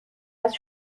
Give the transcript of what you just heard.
است